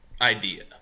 idea